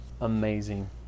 amazing